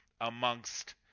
amongst